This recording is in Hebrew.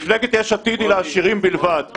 כי גם במקומות שאתה חושב שאתה עושה --- סליחה,